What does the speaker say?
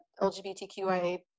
LGBTQIA